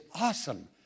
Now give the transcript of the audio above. awesome